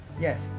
Yes